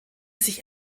sich